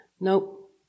nope